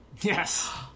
Yes